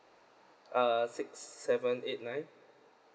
uh six seven eight nine